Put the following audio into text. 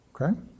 Okay